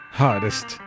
hardest